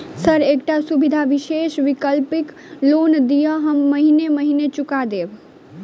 Sir एकटा सुविधा विशेष वैकल्पिक लोन दिऽ हम महीने महीने चुका देब?